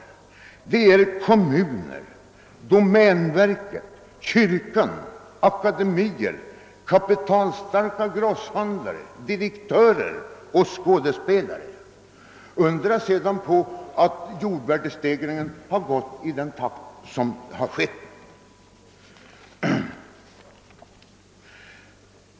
Där återfinnes bland andra kommuner, domänverket, kyrkan, akademier, kapitalstarka grosshandlare, direktörer och skådespelare, och då kan man inte förundra sig över att jordvärdestegringen skett i den här takten.